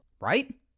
right